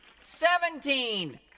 seventeen